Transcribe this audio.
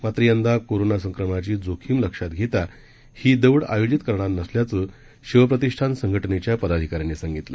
मात्र यंदा कोरोना संक्रमणाची जोखीम लक्षात घेता ही दौड आयोजित करणार नसल्याचं शिव प्रतिष्ठान संघटनेच्या पदाधिकाऱ्यांनी सांगितलं